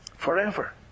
forever